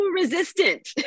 resistant